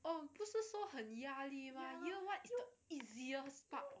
oh 不是说很压力吗 year one so easiest part